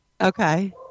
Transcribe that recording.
Okay